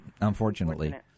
unfortunately